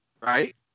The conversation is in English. right